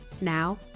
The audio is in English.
Now